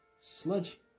sludge